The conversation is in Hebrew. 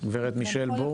גברת מישל בורק.